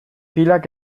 pilak